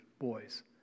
boys